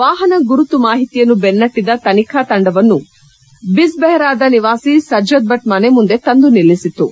ವಾಹನ ಗುರುತು ಮಾಹಿತಿಯನ್ನು ಬೆನ್ನಟ್ಟಿದ ತನಿಖಾ ತಂಡವನ್ನು ಬಿಜ್ಬೆಹ್ರಾದ ನಿವಾಸಿ ಸಜ್ಜದ್ ಭಟ್ ಮನೆ ಮುಂದೆ ತಂದು ನಿಲ್ಲಿಸಿತು